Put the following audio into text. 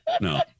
No